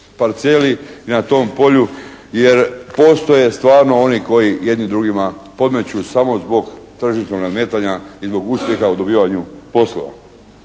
parceli, na tom polju jer postoje stvarno oni koji jedni drugima podmeću samo zbog tržišnog nadmetanja i zbog uspjela u dobivanju poslova.